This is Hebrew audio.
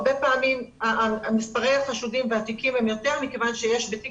הרבה פעמים מספרי החשודים והתיקים הם יותר מכיוון שבתיק